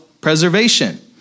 preservation